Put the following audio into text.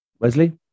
Wesley